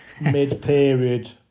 mid-period